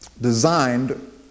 designed